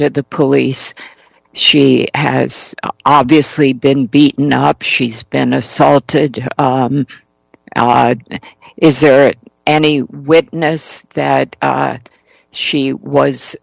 to the police she has obviously been beaten up she's been assaulted is there any witness that she was